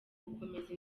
gukomeza